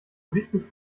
richtig